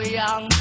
young